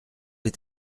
est